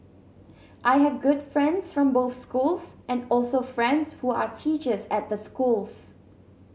I have good friends from both schools and also friends who are teachers at the schools